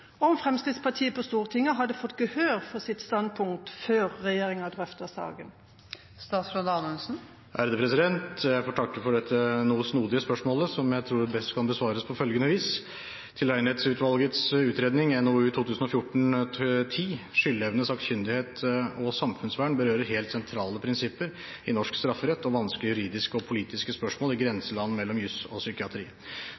om Fremskrittspartiet på Stortinget hadde fått gehør for sitt standpunkt før regjeringa drøftet saken?» Jeg får takke for dette noe snodige spørsmålet, som jeg tror best kan besvares på følgende vis: Tilregnelighetsutvalgets utredning, NOU 2014: 10 Skyldevne, sakkyndighet og samfunnsvern berører helt sentrale prinsipper i norsk strafferett om vanskelige juridiske og politiske spørsmål i